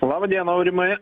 laba diena aurimai